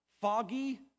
foggy